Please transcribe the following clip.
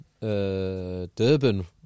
Durban